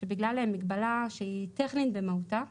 שבגלל מגבלה שהיא טכנית במהותה,